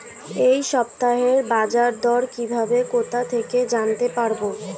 এই সপ্তাহের বাজারদর কিভাবে কোথা থেকে জানতে পারবো?